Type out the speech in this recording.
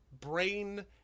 brain